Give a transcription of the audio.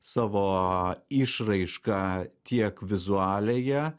savo išraišką tiek vizualiąją